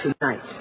Tonight